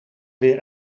weer